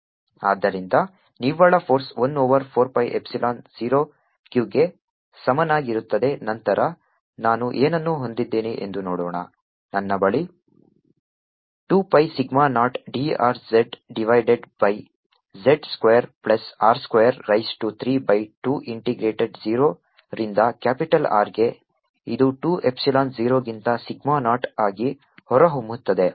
ಆದ್ದರಿಂದ ನಿವ್ವಳ force 1 over 4 pi epsilon 0 q ಗೆ ಸಮನಾಗಿರುತ್ತದೆ ನಂತರ ನಾನು ಏನನ್ನು ಹೊಂದಿದ್ದೇನೆ ಎಂದು ನೋಡೋಣ ನನ್ನ ಬಳಿ 2 pi sigma naught drz divided by z square plus r square raise to 3 by 2 integrated 0 ರಿಂದ ಕ್ಯಾಪಿಟಲ್ R ಗೆ ಇದು 2 ಎಪ್ಸಿಲಾನ್ 0 ಗಿಂತ ಸಿಗ್ಮಾ ನಾಟ್ ಆಗಿ ಹೊರಹೊಮ್ಮುತ್ತದೆ